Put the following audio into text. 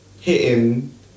hitting